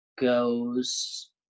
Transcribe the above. goes